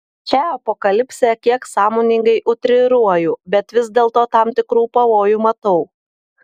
šią apokalipsę kiek sąmoningai utriruoju bet vis dėlto tam tikrų pavojų matau